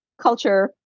culture